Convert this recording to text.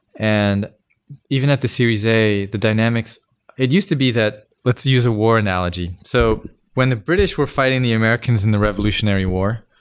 and even at the series a, the dynamics it used to be that let's use a war analogy. so when the british were fighting the americans in the revolutionary war,